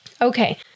Okay